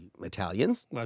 Italians